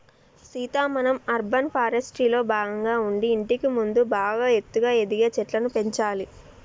సీత మనం అర్బన్ ఫారెస్ట్రీలో భాగంగా ఉండి ఇంటికి ముందు బాగా ఎత్తుగా ఎదిగే చెట్లను పెంచాలి